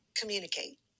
communicate